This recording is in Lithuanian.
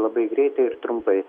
labai greitai ir trumpai